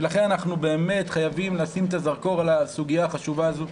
ולכן אנחנו באמת חייבים לשים את הזרקור על הסוגיה החשובה הזאת.